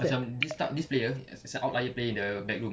macam this type this player as a outlier play the backroom